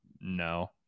no